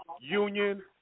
union